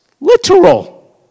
literal